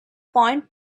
point